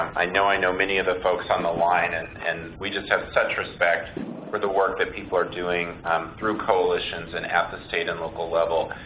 i know i know many of those folks on the line and and we just have such respect for the work that people are doing through coalitions and at the state and local level.